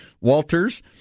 Walters